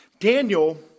Daniel